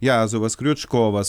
jazovas kriučkovas